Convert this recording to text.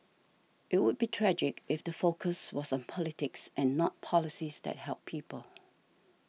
it would be tragic if the focus was on politics and not policies that help people